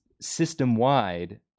system-wide